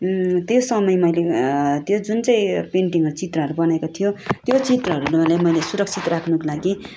त्यो समय मैले त्यो जुन चाहिँ पेन्टिङहरू चित्रहरू बनिएको थियो त्यो चित्रहरूलाई मैले सुरक्षित राख्नुको लागि